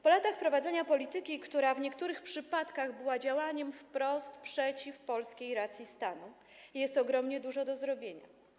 Po latach prowadzenia polityki, która w niektórych przypadkach była działaniem wprost skierowanym przeciw polskiej racji stanu, jest ogromnie dużo do zrobienia.